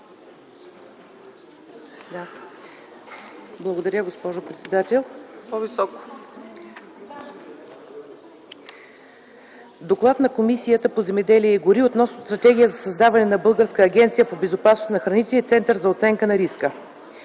Благодаря, госпожо председател. „ДОКЛАД на Комисията по земеделието и горите относно Стратегия за създаване на Българска агенция по безопасност на храните и Център за оценка на риска